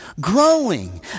growing